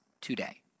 today